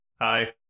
Hi